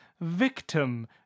victim